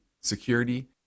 security